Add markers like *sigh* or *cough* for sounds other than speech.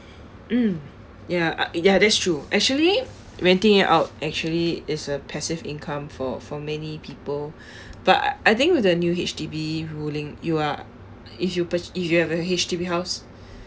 mm ya ya that's true actually renting it out actually is a passive income for for many people *breath* but I~ I think with the new H_D_B ruling you are if you pur~ if you have a H_D_B house